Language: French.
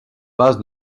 base